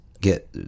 get